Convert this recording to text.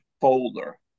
folder